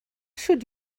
should